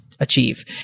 achieve